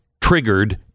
triggered